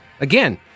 Again